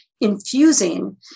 infusing